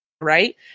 right